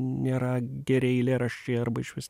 nėra geri eilėraščiai arba išvis